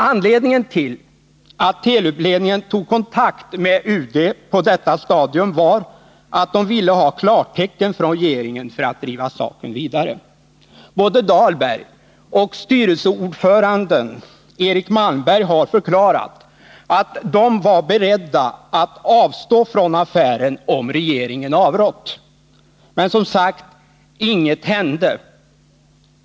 Anledningen till att Telub-ledningen tog kontakt med UD på detta stadium var att man ville ha klartecken från regeringen för att driva saken vidare. Både Benkt Dahlberg och styrelseordföranden Eric Malmberg har förklarat att de var beredda att avstå från affären om regeringen avrått. Men, som sagt, inget hände.